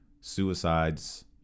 suicides